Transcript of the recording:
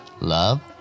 love